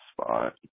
spot